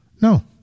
No